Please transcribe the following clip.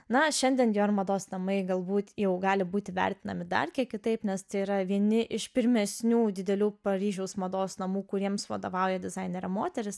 na šiandien dior mados namai galbūt jau gali būti vertinami dar kiek kitaip nes tai yra vieni iš pirmesniųjų didelių paryžiaus mados namų kuriems vadovauja dizainerė moteris